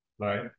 right